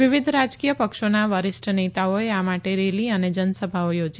વિવિધ રાજકીય પક્ષોના વરિષ્ઠ નેતાઓએ આ માટે રેલી અને જનસભાઓ યોજી